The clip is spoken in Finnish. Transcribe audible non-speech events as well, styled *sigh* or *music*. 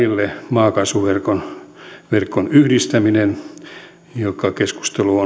maakaasuverkon yhdistäminen mistä keskustelu *unintelligible*